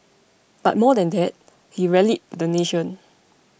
but more than that he rallied the nation